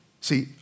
See